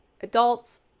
Adults